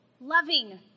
loving